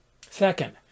Second